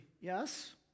yes